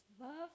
love